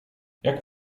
jak